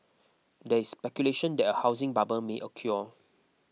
there is speculation that a housing bubble may occur